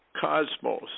cosmos